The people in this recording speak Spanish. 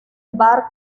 bar